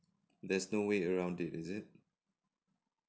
there's no way around it is it